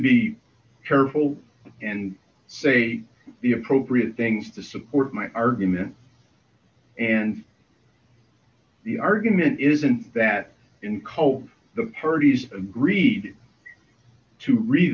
be careful and say the appropriate things to support my argument and the argument isn't that in culture the parties agreed to re